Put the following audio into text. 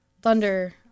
Thunder